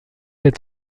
est